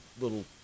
little